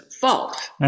fault